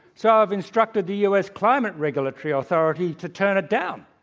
so i've instructed the u. s. climate regulatory authority to turn it down,